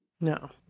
No